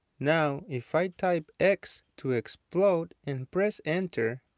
now, if i type x to explode and press enter.